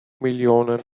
millionen